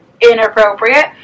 inappropriate